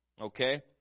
Okay